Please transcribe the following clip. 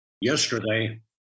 Yesterday